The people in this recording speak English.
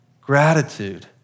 Gratitude